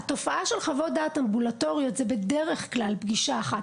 התופעה של חוות דעת אמבולטוריות זו בדרך כלל פגישה אחת.